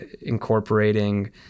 incorporating